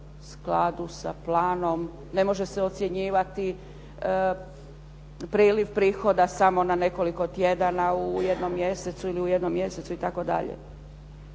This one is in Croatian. ne može se ocjenjivati priliv prihoda samo na nekoliko tjedana u jednom mjesecu ili u jednom mjesecu itd.